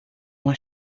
uma